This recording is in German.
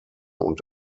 und